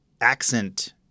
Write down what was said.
accent